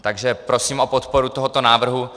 Takže prosím o podporu tohoto návrhu.